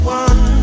one